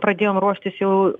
pradėjom ruoštis jau